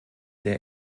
der